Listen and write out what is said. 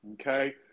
okay